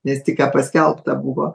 nes tik ką paskelbta buvo